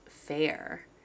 fair